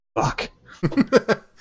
Fuck